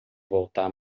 voltar